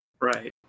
right